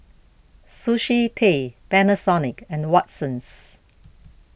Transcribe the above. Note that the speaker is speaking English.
Sushi Tei Panasonic and Watsons